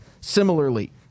Similarly